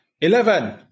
eleven